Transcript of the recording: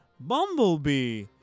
Bumblebee